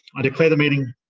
i declare the meeting